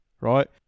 right